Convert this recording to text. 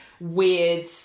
weird